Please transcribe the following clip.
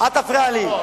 אל תפריע לי.